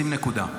שים נקודה.